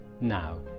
now